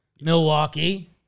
Milwaukee